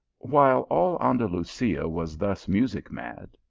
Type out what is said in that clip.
while all andalusia was thus music-mad,